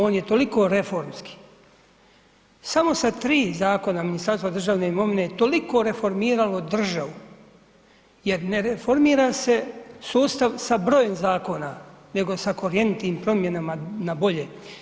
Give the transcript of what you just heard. On je toliko reformski, samo su tri zakona Ministarstva državne imovine toliko reformiralo državu jer ne reformira se sustav sa brojem zakona nego sa korjeniti promjenama na bolje.